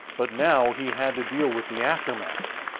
but now he had to deal with the aftermath.